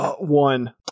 one